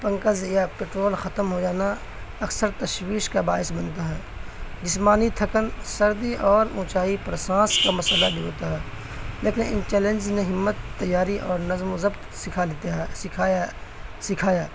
punches یا petrol ختم ہو جانا اکثر تشویش کا باعث بنتا ہے جسمانی تھکن سردی اور اونچائی پرسانس کا مسئلہ بھی ہوتا ہے لیکن ان چیلنج نے ہمت تیاری اور نظم و ضبط سکھا دیتا ہے سکھایا سکھایا